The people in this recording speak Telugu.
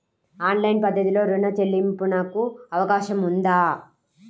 ఆన్లైన్ పద్ధతిలో రుణ చెల్లింపునకు అవకాశం ఉందా?